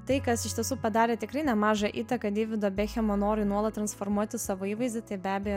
tai kas iš tiesų padarė tikrai nemažą įtaką deivido bekhemo norui nuolat transformuoti savo įvaizdį tai be abejo